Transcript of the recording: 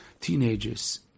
teenagers